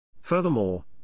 Furthermore